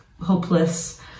hopeless